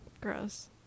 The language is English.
Gross